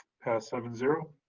passed seven zero.